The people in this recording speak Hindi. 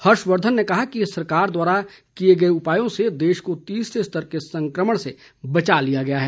हर्षवर्धन ने कहा कि सरकार द्वारा किए गए उपायों से देश को तीसरे स्तर के संक्रमण से बचा लिया गया है